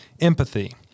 empathy